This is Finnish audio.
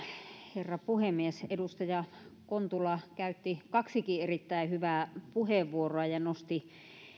herra puhemies edustaja kontula käytti kaksikin erittäin hyvää puheenvuoroa ja ja nosti